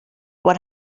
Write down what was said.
what